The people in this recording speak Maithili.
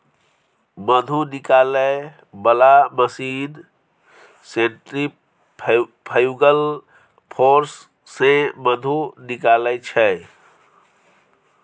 मधु निकालै बला मशीन सेंट्रिफ्युगल फोर्स सँ मधु निकालै छै